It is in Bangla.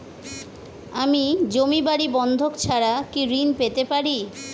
আমি জমি বাড়ি বন্ধক ছাড়া কি ঋণ পেতে পারি?